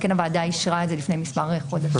והוועדה אישרה את זה לפני מספר חודשים.